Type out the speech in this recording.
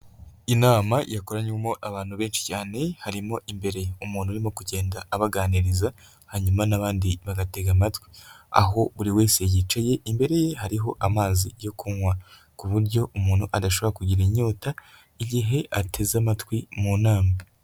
Inama yakoranranyemo abantu benshi cyane harimo imbere umuntu urimo kugenda abaganiriza hanyuma n'abandi bagatega amatwi, aho buri wese yicaye imbere ye hariho amazi yo kunywa ku buryo umuntu adashobora kugira inyota igihe ateze amatwi mu nama.